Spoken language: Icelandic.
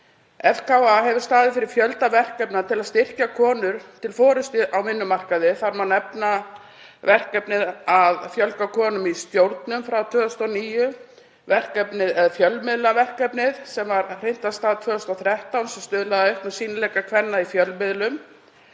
FKA hefur staðið fyrir fjölda verkefna til að styrkja konur til forystu á vinnumarkaði. Þar má nefna verkefnið að fjölga konum í stjórnum frá 2009 og fjölmiðlaverkefnið sem var hrint af stað 2013 sem stuðlar að auknum sýnileika kvenna í fjölmiðlum.